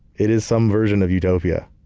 it is some version of utopia.